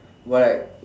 where